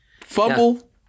Fumble